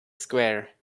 square